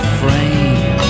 frame